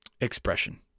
expression